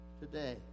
today